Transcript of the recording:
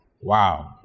Wow